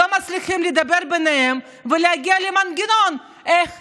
לא מצליחים לדבר ביניהם ולהגיע למנגנון איך